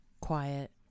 quiet